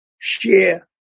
share